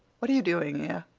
what are you doing here?